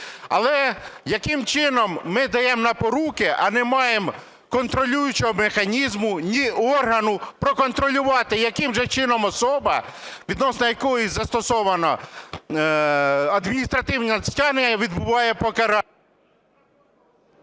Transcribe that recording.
Але яким чином ми даємо на поруки, а не маємо контролюючого механізму, ні органу проконтролювати, яким же чином особа, відносно якої застосовано адміністративне стягнення, відбуває покарання.